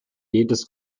jedes